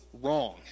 wrong